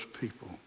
people